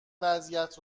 وضعیت